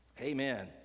Amen